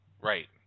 Right